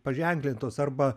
paženklintos arba